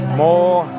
more